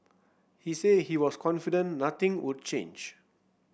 he said he was confident nothing would change